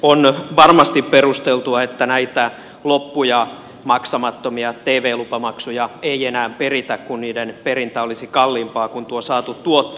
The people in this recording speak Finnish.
on varmasti perusteltua että näitä loppuja maksamattomia tv lupamaksuja ei enää peritä kun niiden perintä olisi kalliimpaa kuin saatu tuotto